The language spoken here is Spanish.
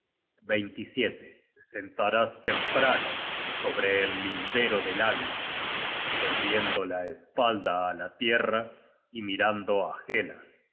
volver te sentarás temprano sobre el lindero del águila volviendo la espalda á la tierra y mirando